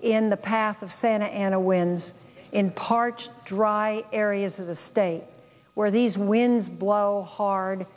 in the path of santa ana winds in parched dry areas of the state where these winds blow hard